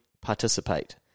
participate